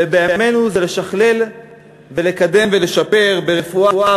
ובימינו זה לשכלל ולקדם ולשפר ברפואה,